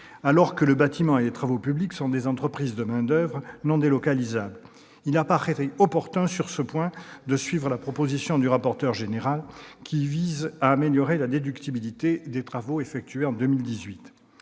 entreprises du bâtiment et des travaux publics sont des entreprises de main-d'oeuvre non délocalisables. Il apparaît opportun, sur ce point, de suivre la proposition du rapporteur général qui vise à améliorer la déductibilité des travaux effectués en 2018.